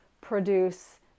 produce